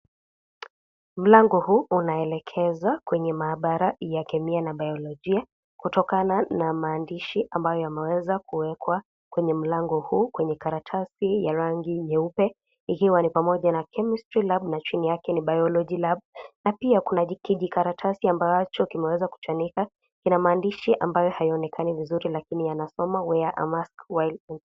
Mlango huu unaelekeza kwenye kuu la mahabara ya chemia na bayologia kutokana na maandishi ambayo yameweza kuwekwa kwa mlango huu kwenye karatasi ya rangi nyeupe ikiwa ni pamoja na chemistry na chini yake ni biology lab pia kuna kijikaratasi ambacho kimeweza kuchanika kinamaandishi maandishi amabayo hayaonekani vizuri lakini yana someka wear a mask while .